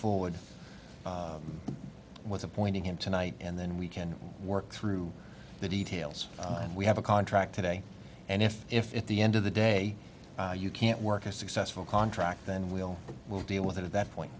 forward with appointing him tonight and then we can work through the details and we have a contract today and if if at the end of the day you can't work a successful contract then we'll we'll deal with it at that point